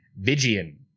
Vigian